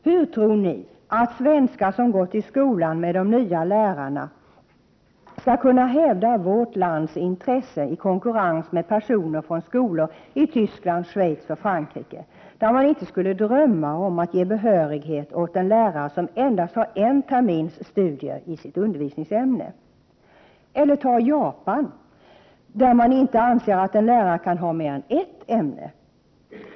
Hur tror ni att svenskar som gått i skola med de nya lärarna skall kunna hävda vårt lands intressen i konkurrens med personer från skolor i Tyskland, Schweiz och Frankrike, där man inte skulle drömma om att ge behörighet åt en lärare som har endast en termins studier i sitt undervisningsämne? Eller ta Japan, där man inte anser att en lärare kan ha mer än ett ämne.